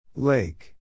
Lake